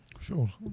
Sure